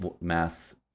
mass